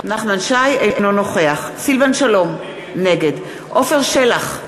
אינו נוכח סילבן שלום, נגד עפר שלח,